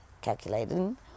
Calculating